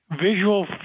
visual